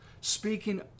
speaking